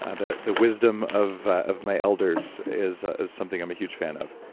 ah the the wisdom of of my elders is is something i'm a huge fan of.